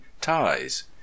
Ties